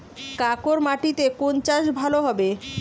কাঁকর মাটিতে কোন চাষ ভালো হবে?